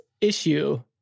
issue